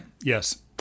Yes